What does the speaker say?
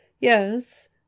yes